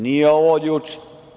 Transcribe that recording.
Nije ovo od juče.